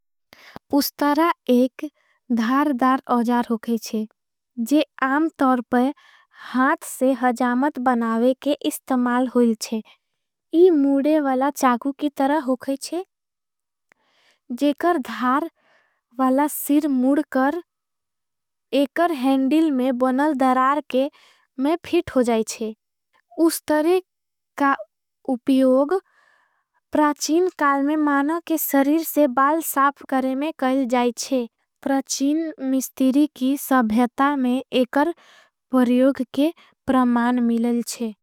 उस तरह एक धारदार आजार होगईशे जे आम तोरपे। हाथ से हजामत बनावे के इस्तमाल होईशे इ मुड़ेवला। चाकु की तरह होगईशे जेकर धारवला सिर मुड़कर। एकर हेंडिल में बनल दरार के में फिट होजाईशे उस। तरह का उपियोग प्राछीन काल में मानों के सरीर से। बाल साफ करें में कईल जाईशे प्राछीन मिस्तिरी। की सभयता में एकर परियोग के प्रमान मिलल शे।